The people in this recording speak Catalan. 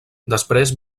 després